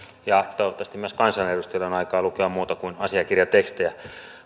toivottavasti myös kansanedustajilla on aikaa lukea muuta kuin asiakirjatekstejä